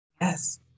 Yes